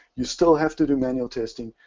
you still have to do manual testing.